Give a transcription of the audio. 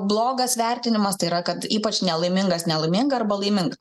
blogas vertinimas tai yra kad ypač nelaimingas nelaiminga arba laiminga